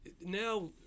now